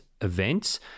events